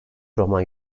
roman